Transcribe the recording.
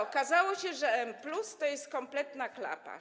Okazało się, że M+ to kompletna klapa.